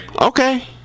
Okay